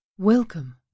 Welcome